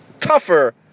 tougher